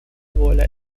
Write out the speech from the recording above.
воля